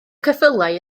ceffylau